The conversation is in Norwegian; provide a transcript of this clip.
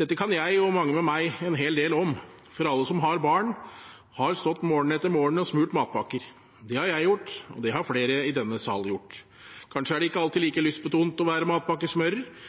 Dette kan jeg og mange med meg en hel del om, for alle som har barn, har stått morgen etter morgen og smurt matpakker. Det har jeg gjort, det har flere i denne sal gjort. Kanskje er det ikke alltid like lystbetont å være